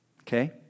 Okay